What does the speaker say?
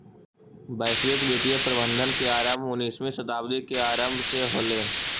वैश्विक वित्तीय प्रबंधन के आरंभ उन्नीसवीं शताब्दी के आरंभ से होलइ